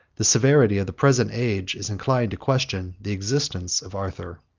the severity of the present age is inclined to question the existence of arthur.